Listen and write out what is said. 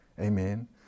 Amen